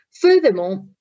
Furthermore